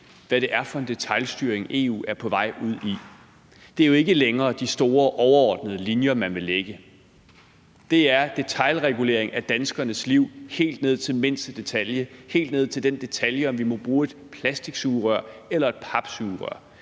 hvad det er for en detailstyring, EU er på vej ud i. Det er jo ikke længere de store overordnede linjer, man vil lægge. Det er detailregulering af danskernes liv helt ned til mindste detalje, helt ned til den detalje, om vi må bruge et plastiksugerør eller et papsugerør.